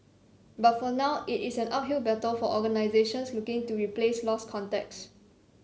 but for now it is an uphill battle for organisations looking to replace lost contracts